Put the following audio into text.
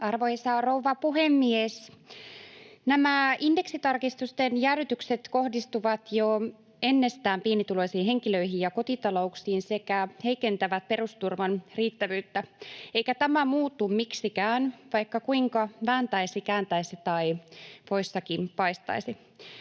Arvoisa rouva puhemies! Nämä indeksitarkistusten jäädytykset kohdistuvat jo ennestään pienituloisiin henkilöihin ja kotitalouksiin sekä heikentävät perusturvan riittävyyttä, eikä tämä muutu miksikään, vaikka kuinka vääntäisi, kääntäisi tai voissakin paistaisi.